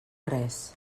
res